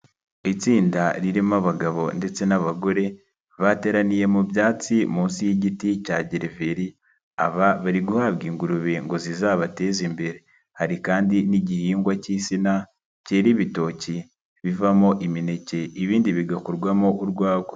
Itsinda ririmo abagabo ndetse n'abagore, bateraniye mu byatsi munsi y'igiti cya gereveriya, aba bari guhabwa ingurube ngo zizabateze imbere, hari kandi n'igihingwa cy'insina, cyera ibitoki bivamo imineke ibindi bigakorwamo urwagwa.